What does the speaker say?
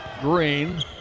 Green